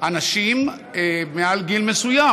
אנשים מעל גיל מסוים.